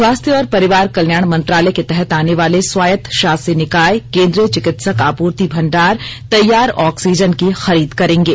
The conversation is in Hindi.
स्वास्थ्य और परिवार कल्याण मंत्रालय के तहत आने वाले स्वायत्त शासी निकाय केंद्रीय चिकित्सक आपूर्ति भंडार तैयार ऑक्सीजन की खरीद करेंगे